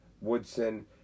Woodson